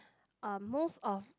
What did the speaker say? um most of